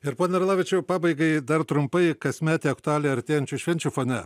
ir pone arlavičiau pabaigai dar trumpai kasmetė aktualija artėjančių švenčių fone